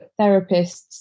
therapists